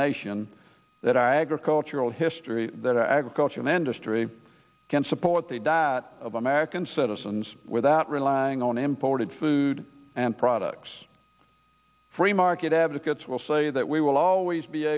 nation that i agree cultural history that our agricultural industry can support the that american citizens without relying on imported food and products free market advocates will say that we will always be